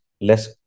less